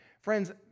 Friends